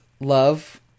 love